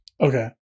Okay